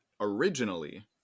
originally